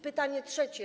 Pytanie trzecie.